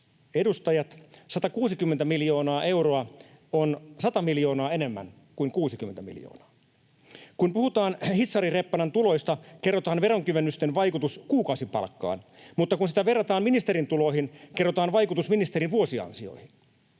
edustajat, 160 miljoonaa euroa on 100 miljoonaa enemmän kuin 60 miljoonaa. Kun puhutaan hitsarireppanan tuloista, kerrotaan veronkevennysten vaikutus kuukausipalkkaan. Mutta kun sitä verrataan ministerin tuloihin, kerrotaan vaikutus ministerin vuosiansioihin.